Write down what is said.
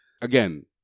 Again